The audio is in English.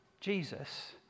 Jesus